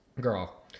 girl